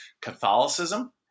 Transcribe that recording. Catholicism